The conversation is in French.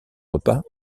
repas